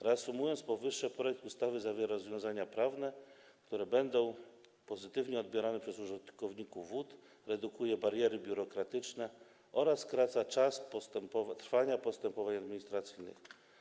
Reasumując powyższe, projekt ustawy zawiera rozwiązania prawne, które będą pozytywnie odbierane przez użytkowników wód, redukuje bariery biurokratyczne oraz skraca czas trwania postępowań administracyjnych.